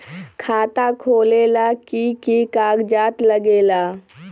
खाता खोलेला कि कि कागज़ात लगेला?